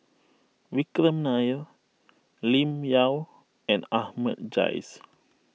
Vikram Nair Lim Yau and Ahmad Jais